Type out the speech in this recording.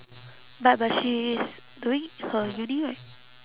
but but she is doing her uni right